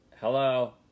hello